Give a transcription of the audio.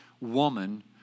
woman